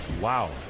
Wow